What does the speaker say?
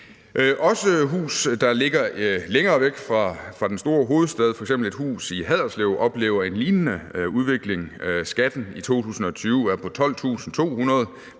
Også huse, der ligger længere væk fra den store hovedstad, f.eks. et hus i Haderslev, oplever en lignende udvikling. Skatten i 2020 er på 12.200